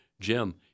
Jim